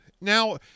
now